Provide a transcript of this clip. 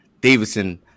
Davidson